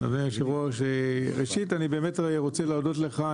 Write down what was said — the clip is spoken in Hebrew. אדוני היושב-ראש, ראשית, אני באמת רוצה להודות לך.